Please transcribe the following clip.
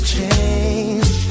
change